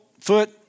foot